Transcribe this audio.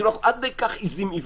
כאילו אנחנו עד כדי כך עיזים עיוורות.